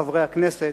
חברי הכנסת,